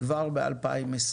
כבר ב-2020.